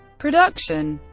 production